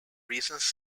reasons